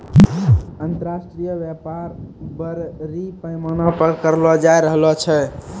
अन्तर्राष्ट्रिय व्यापार बरड़ी पैमाना पर करलो जाय रहलो छै